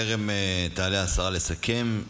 בטרם תעלה השרה לסכם,